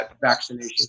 vaccination